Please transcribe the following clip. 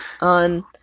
on